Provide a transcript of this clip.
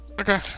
Okay